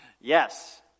Yes